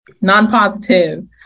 non-positive